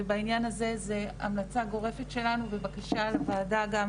ובעניין הזה זה המלצה גורפת שלנו ובקשה לוועדה גם